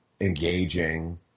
engaging